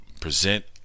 present